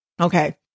Okay